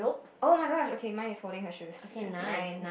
oh-my-gosh okay mine is holding her shoes that's nine